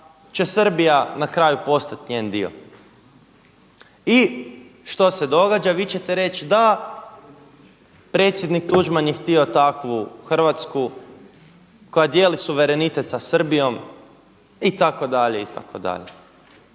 će Srbija na kraju postati njen dio. I što se događa? Vi ćete reći, da, predsjednik Tuđman je htio takvu Hrvatsku koja dijeli suverenitet sa Srbijom itd.,